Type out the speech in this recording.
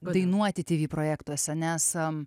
dainuoti tv projektuose nes